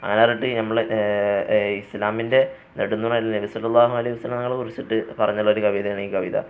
അങ്ങനെ പറഞ്ഞിട്ട് നമ്മുടെ ഇസ്ലാമിൻ്റെ കുറിച്ചിട്ട് പറഞ്ഞിട്ടുള്ളൊരു കവിതയാണ് ഈ കവിത